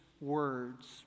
words